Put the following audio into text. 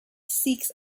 seeks